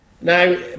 Now